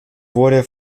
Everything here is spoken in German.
wurde